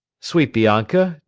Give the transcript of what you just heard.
sweet bianca,